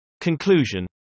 Conclusion